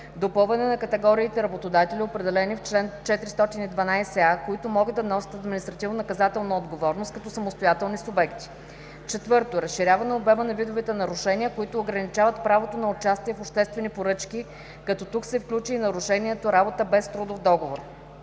Допълване на категориите работодатели, определени в чл. 412а, които могат да носят административнонаказателна отговорност като самостоятелни субекти. 4. Разширяване обема на видовете нарушения, които ограничават правото на участие в обществени поръчки, като тук се включи и нарушението „работа без трудов договор“.